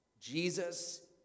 Jesus